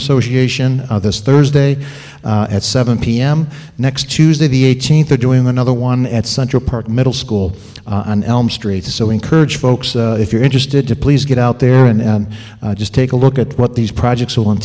association this thursday at seven p m next tuesday the eighteenth are doing another one at central park middle school on elm street so encourage folks if you're interested to please get out there and just take a look at what these projects